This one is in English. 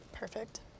Perfect